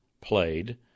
played